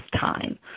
time